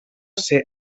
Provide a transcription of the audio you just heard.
ser